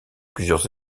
plusieurs